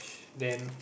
than